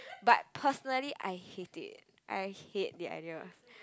but personally I hate it I hate the idea